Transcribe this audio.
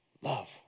love